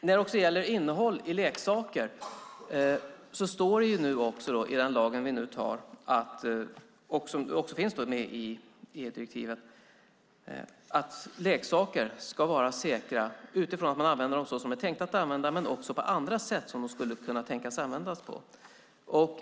I den lag vi nu antar står det om innehåll i leksaker, och som finns i EU-direktivet, att leksaker ska vara säkra utifrån att de används som de är tänkta att användas och på andra sätt som de kan tänkas användas.